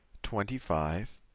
twenty five.